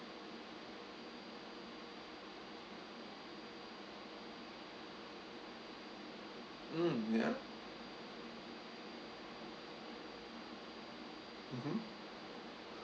mm ya mmhmm